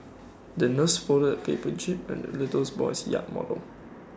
the nurse folded paper jib and the little boy's yacht model